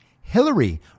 Hillary